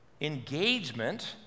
engagement